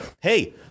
hey